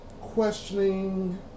questioning